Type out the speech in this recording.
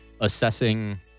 assessing